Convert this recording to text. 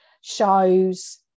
shows